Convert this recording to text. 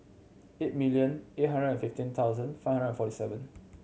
eight million eight hundred and fifteen thousand five hundred and forty seven